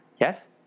Yes